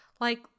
Like-